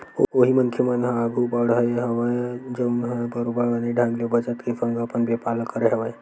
उही मनखे मन ह आघु बड़हे हवय जउन ह बरोबर बने ढंग ले बचत के संग अपन बेपार ल करे हवय